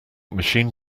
machine